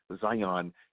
Zion